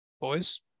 Boys